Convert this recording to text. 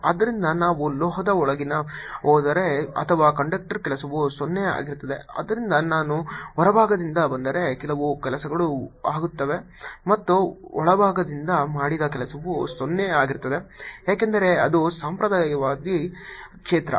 ಆದ್ದರಿಂದ ನಾವು ಲೋಹದ ಒಳಗಿನಿಂದ ಹೋದರೆ ಅಥವಾ ಕಂಡಕ್ಟರ್ ಕೆಲಸವು 0 ಆಗಿರುತ್ತದೆ ಆದ್ದರಿಂದ ನಾನು ಹೊರಭಾಗದಿಂದ ಬಂದರೆ ಕೆಲವು ಕೆಲಸಗಳು ಆಗುತ್ತವೆ ಮತ್ತು ಒಳಭಾಗದಿಂದ ಮಾಡಿದ ಕೆಲಸವು 0 ಆಗಿರುತ್ತದೆ ಏಕೆಂದರೆ ಅದು ಸಂಪ್ರದಾಯವಾದಿ ಕ್ಷೇತ್ರ